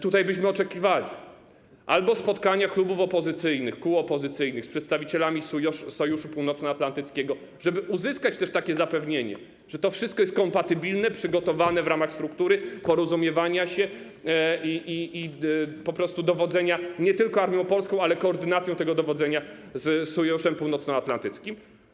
Tutaj oczekiwalibyśmy albo spotkania klubów opozycyjnych, kół opozycyjnych z przedstawicielami Sojuszu Północnoatlantyckiego, żeby uzyskać zapewnienie, że to wszystko jest kompatybilne, przygotowane w ramach struktury, porozumiewania się i dowodzenia nie tylko armią polską, ale koordynacją tego dowodzenia z Sojuszem Północnoatlantyckim.